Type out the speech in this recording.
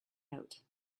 out